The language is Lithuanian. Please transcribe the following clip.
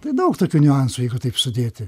tai daug tokių niuansų jeigu taip sudėti